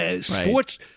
Sports